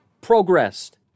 progressed